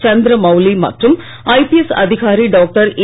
சந்திரமவுலி மற்றும் ஐபிஎஸ் அதிகாரி டாக்டர் ஏ